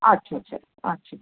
আচ্ছা আচ্ছা আচ্ছা